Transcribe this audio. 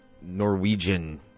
Norwegian